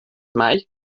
mai